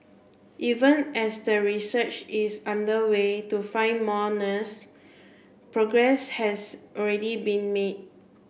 even as the research is underway to find more nurse progress has already been made